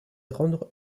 rendre